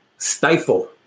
Stifle